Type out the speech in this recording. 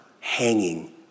hanging